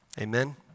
Amen